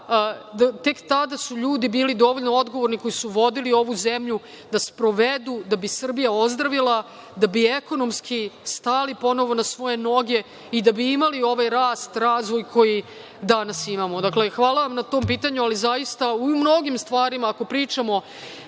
Tek tada su ljudi bili dovoljno odgovorni, koji su vodili ovu zemlju, da sprovedu da bi Srbija ozdravila, da bi ekonomski stali ponovo na svoje noge i da bi imali ovaj rast, razvoj koji danas imamo. Dakle, hvala vam na tom pitanju. Ako pričamo,